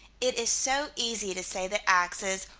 it is so easy to say that axes,